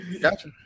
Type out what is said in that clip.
Gotcha